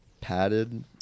padded